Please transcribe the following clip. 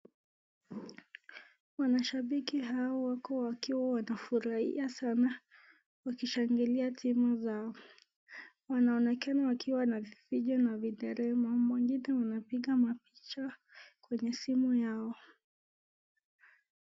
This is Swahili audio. Wanashibiki hao wako wakiwa wanafurahia Sana wakishangilia timu zao. Wanaonekana wakiwa na vifijo na vi nderemo mwengune wamepiga mapicha kwenye simu yao.